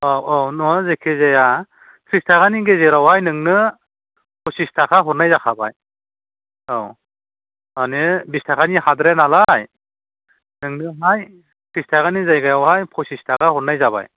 औ औ नङा जायखि जाया थ्रिस थाखानि गेजेरावहाय नोंनो फसिस थाखा हरनाय जाखाबाय औ माने बिस थाखानि हाद्राया नालाय नोंनोहाय थ्रिस थाखानि जायगायावहाय फसिस थाखा हरनाय जाबाय